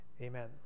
Amen